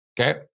Okay